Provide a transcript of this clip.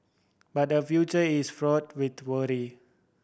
but her future is fraught with worry